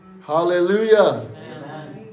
Hallelujah